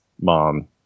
mom